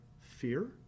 fear